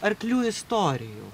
arklių istorijų